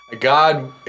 God